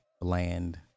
bland